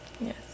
Yes